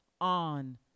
on